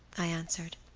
i answered.